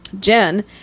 Jen